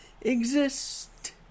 exist